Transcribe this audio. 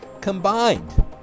combined